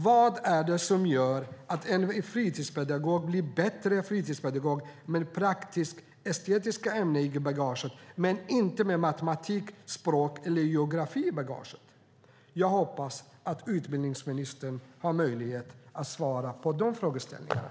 Vad är det som gör att en fritidspedagog blir en bättre fritidspedagog med praktisk-estetiska ämnen i bagaget men inte med matematik, språk eller geografi? Jag hoppas att utbildningsministern har möjlighet att svara på de frågeställningarna.